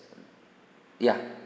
ya